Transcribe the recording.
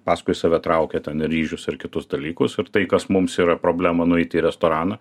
paskui save traukia ten ir ryžius ir kitus dalykus ir tai kas mums yra problema nueiti į restoraną